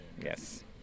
yes